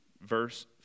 verse